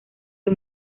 del